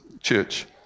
church